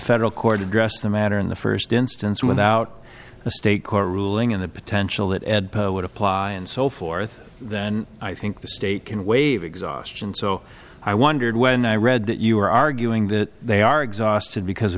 federal court address the matter in the first instance without a state court ruling in the potential that ed would apply and so forth then i think the state can waive exhaustion so i wondered when i read that you were arguing that they are exhausted because